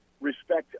respect